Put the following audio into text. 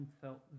felt